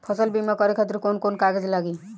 फसल बीमा करे खातिर कवन कवन कागज लागी?